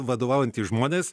vadovaujantys žmonės